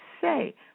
say